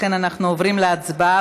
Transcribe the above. לכן אנחנו עוברים להצבעה,